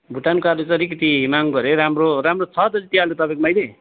भुटानको आलु चाहिँ अलिकति महँगो अरे राम्रो राम्रो छ दाजु त्यो आलु तपाईँकोमा अहिले